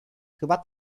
chyba